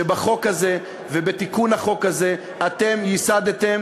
שבחוק הזה ובתיקון החוק הזה אתם ייסדתם